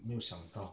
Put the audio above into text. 没有想到